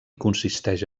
consisteix